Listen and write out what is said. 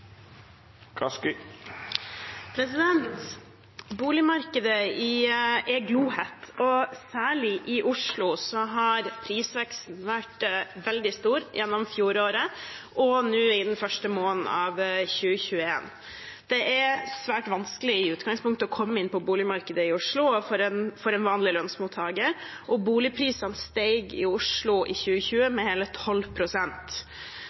og særlig i Oslo har prisveksten vært veldig stor gjennom fjoråret og i de første månedene i 2021. Det er svært vanskelig å komme inn i boligmarkedet i Oslo for en vanlig lønnsmottaker, og boligprisene steg i Oslo med 12 pst. i 2020.